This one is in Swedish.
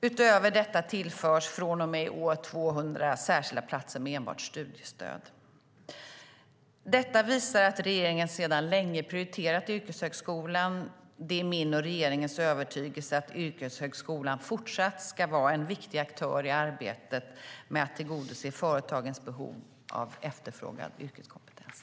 Utöver detta tillförs från och med i år 200 särskilda platser med enbart studiestöd. Detta visar att regeringen sedan länge prioriterat yrkeshögskolan. Det är min och regeringens övertygelse att yrkeshögskolan fortsatt ska vara en viktig aktör i arbetet med att tillgodose företagens behov av efterfrågad yrkeskompetens.